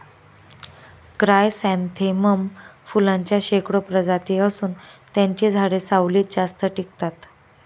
chrysanthemum फुलांच्या शेकडो प्रजाती असून त्यांची झाडे सावलीत जास्त टिकतात